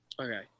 Okay